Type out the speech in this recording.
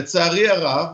לצערי הרב